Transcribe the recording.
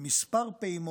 כבר בכמה פעימות,